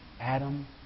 Adam